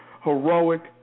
heroic